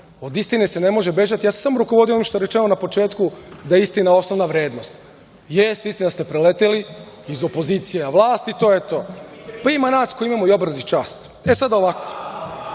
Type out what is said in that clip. od istine se ne može bežati. Ja sam se samo rukovodio onim što je rečeno na početku, da je istina osnovna vrednost. Jeste, istina je da ste preleteli iz opozicije u vlast i to je to. Ima nas koji imamo i obraz i čast.E, sad, ovako: